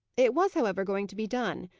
it was, however, going to be done.